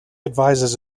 advises